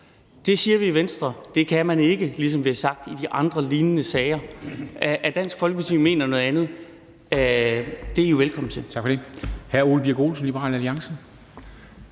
Det siger vi i Venstre at man ikke kan, ligesom vi har sagt det i de andre lignende sager. Dansk Folkeparti mener noget andet; det er I jo velkommen til.